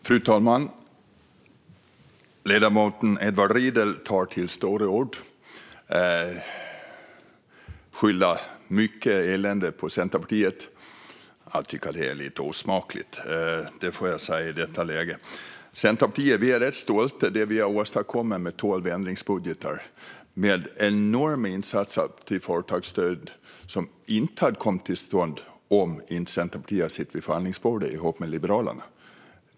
Fru talman! Ledamoten Edward Riedl tar till stora ord och skyller mycket elände på Centerpartiet. Jag får säga att jag tycker att det är lite osmakligt i detta läge. Vi i Centerpartiet är rätt stolta över det vi har åstadkommit med tolv ändringsbudgetar och enorma insatser för företagsstöd som inte hade kommit till stånd om inte Centerpartiet hade suttit vid förhandlingsbordet tillsammans med Liberalerna.